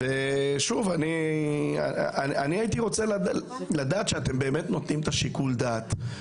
אני הייתי רוצה לדעת שאתם באמת נותנים את שיקול הדעת.